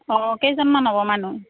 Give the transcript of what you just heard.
অঁ কেইজনমান হ'ব মানুহ